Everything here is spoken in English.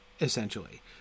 essentially